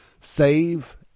Save